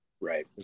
Right